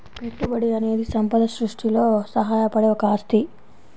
పెట్టుబడి అనేది సంపద సృష్టిలో సహాయపడే ఒక ఆస్తి